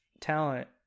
talent